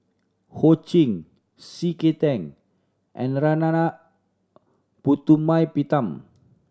Ho Ching C K Tang and Narana Putumaippittan